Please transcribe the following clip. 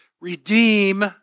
redeem